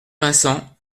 vincent